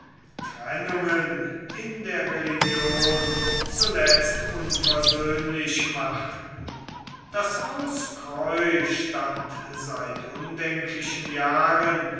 trennungen in der religion zuletzt unversöhnlich machten das haus croi stand seit undenklichen jahren